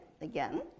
again